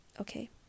okay